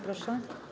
Proszę.